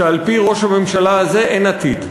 שעל-פי ראש הממשלה הזה אין עתיד.